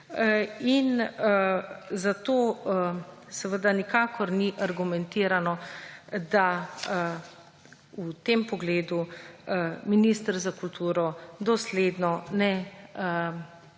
in zato seveda nikakor ni argumentirano, da v tem pogledu minister za kulturo dosledno ne,